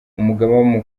umugaba